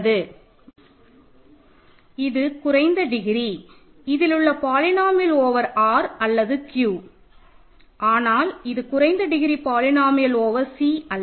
மற்றும் இது குறைந்த டிகிரி இதிலுள்ள பாலினோமியல் ஓவர் R அல்லது Q ஆனால் இது குறைந்த டிகிரி பாலினோமியல் ஓவர் C அல்ல